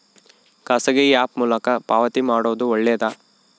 ಖಾಸಗಿ ಆ್ಯಪ್ ಮೂಲಕ ಪಾವತಿ ಮಾಡೋದು ಒಳ್ಳೆದಾ?